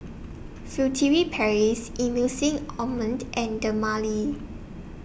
Furtere Paris Emulsying Ointment and Dermale